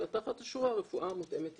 אלא תחת השורה 'רפואה מותאמת אישית'.